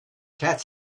cat